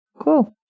Cool